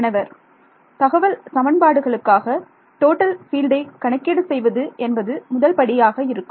மாணவர் தகவல் சமன்பாடுகளுக்காக டோட்டல் பீல்டை கணக்கீடு செய்வது என்பது முதல் படியாக இருக்கும்